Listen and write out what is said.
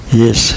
yes